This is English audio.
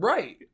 Right